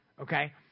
okay